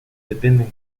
dependen